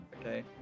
Okay